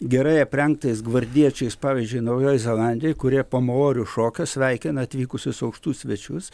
gerai aprengtais gvardiečiais pavyzdžiui naujojoj zelandijoj kurioje po maorių šokio sveikina atvykusius aukštus svečius